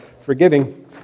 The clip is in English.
forgiving